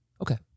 Okay